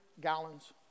gallons